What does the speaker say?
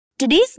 Today's